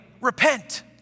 repent